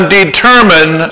determine